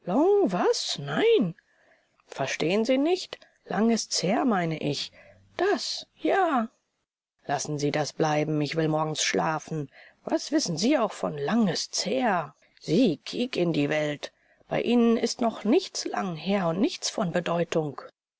was nein verstehen sie nicht lang ist's her meine ich das ja lassen sie das bleiben ich will morgens schlafen was wissen sie auch von lang ist's her sie kiekindiewelt bei ihnen ist noch nichts lang her und nichts von bedeutung